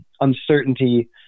Uncertainty